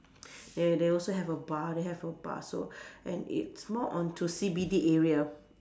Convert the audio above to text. they they also have a bar they have a bar so and it's more onto C_B_D area